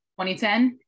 2010